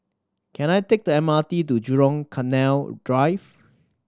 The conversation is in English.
can I take the M R T to Jurong Canal Drive